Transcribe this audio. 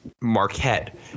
Marquette